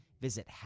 Visit